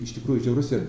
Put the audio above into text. iš tikrųjų žiaurus ir